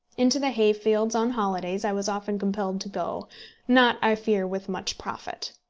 into the hay-field on holidays i was often compelled to go not, i fear, with much profit.